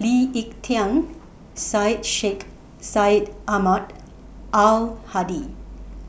Lee Ek Tieng Syed Sheikh Syed Ahmad Al Hadi